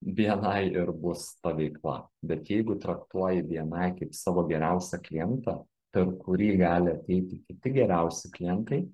bni ir bus ta veikla bet jeigu traktuoji bni kaip savo geriausią klientą per kurį gali ateiti kiti geriausi klientai